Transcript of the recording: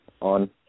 On